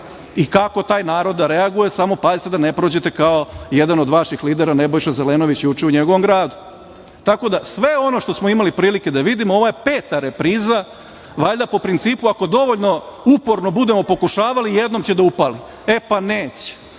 i kako taj narod da reaguje. Samo pazite da ne prođete kao jedan od vaših lidera Nebojša Zelenović juče u njegovom gradu. Tako da, sve ono što smo imali prilike da vidimo, ovo je peta repriza, valjda po principu ako dovoljno uporno budemo pokušavali jednom će da upali. E pa neće.